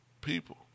people